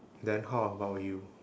then how about you